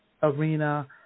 arena